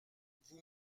vous